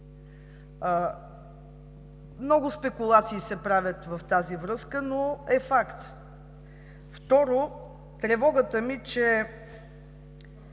Много спекулации се правят в тази връзка, но е факт. Второ, тревогата ми, че